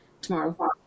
tomorrow